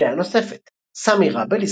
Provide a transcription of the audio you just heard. לקריאה נוספת סמי רבל,